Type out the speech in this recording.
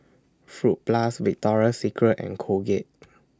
Fruit Plus Victoria Secret and Colgate